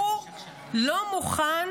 הוא לא מוכן